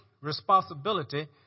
responsibility